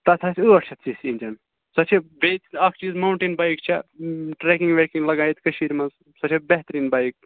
تَتھ آسہِ ٲٹھ شَتھ سی سی اِنجن سۄ چھِ بیٚیہِ اَکھ چیٖز ماوُنٹین بایک چھےٚ ٹرٛٮ۪کِنٛگ وٮ۪کِنٛگ لگان ییٚتہِ کٔشیٖرِ منٛز سۄ چھےٚ بہتریٖن بایک